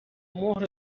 مهر